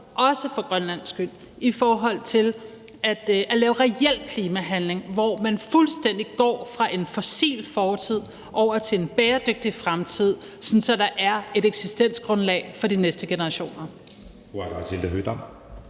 også for Grønlands skyld, i forhold til at lave reel klimahandling, hvor man fuldstændig går fra en fossil fortid over til en bæredygtig fremtid, sådan at der er et eksistensgrundlag for de næste generationer.